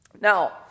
Now